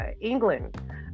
England